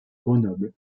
grenoble